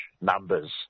numbers